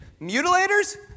Mutilators